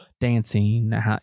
Dancing